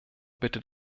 bitte